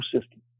system